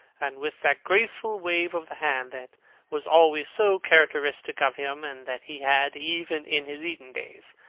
and with that graceful wave of the hand that was always so characteristic of him, and that he had even in his eton days,